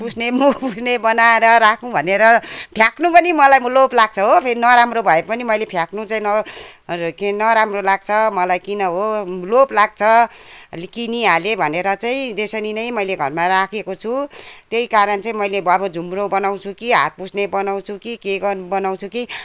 पुछ्ने मुख पुछ्ने बनाएर राखौँ भनेर फ्याँक्नु पनि मलाई लोभ लाग्छ हो फेरि नराम्रो भए पनि मैले फ्याँक्नु चाहिँ के रे नराम्रो लाग्छ मलाई किन हो लोभ लाग्छ किनिहालेँ भनेर चाहिँ त्यसरी नै मैले घरमा राखेको छु त्यही कारण चाहिँ मैले अब झुम्रो बनाउँछु कि हात पुछ्ने बनाउँछु कि के गर बनाउँछु कि